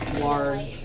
large